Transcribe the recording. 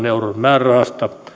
euron määrärahasta